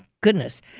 goodness